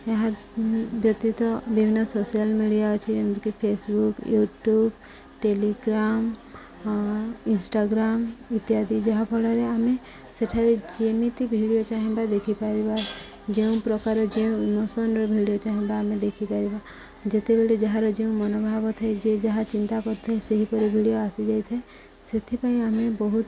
ଏହା ବ୍ୟତୀତ ବିଭିନ୍ନ ସୋସିଆଲ ମିଡ଼ିଆ ଅଛି ଯେମିତିକି ଫେସବୁକ୍ ୟୁଟ୍ୟୁବ୍ ଟେଲିଗ୍ରାମ୍ ଇନଷ୍ଟାଗ୍ରାମ୍ ଇତ୍ୟାଦି ଯାହାଫଳରେ ଆମେ ସେଠାରେ ଯେମିତି ଭିଡ଼ିଓ ଚାହିଁବା ଦେଖିପାରିବା ଯେଉଁ ପ୍ରକାର ଯେଉଁ ଇମୋସନର ଭିଡ଼ିଓ ଚାହିଁବା ଆମେ ଦେଖିପାରିବା ଯେତେବେଲେ ଯାହାର ଯେଉଁ ମନୋଭାବ ଥାଏ ଯେ ଯାହା ଚିନ୍ତା କରିଥାଏ ସେହିପରି ଭିଡ଼ିଓ ଆସିଯାଇଥାଏ ସେଥିପାଇଁ ଆମେ ବହୁତ